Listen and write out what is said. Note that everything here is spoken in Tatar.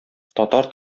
татар